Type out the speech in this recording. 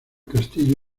castillo